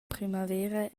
primavera